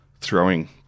throwing